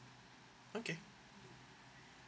okay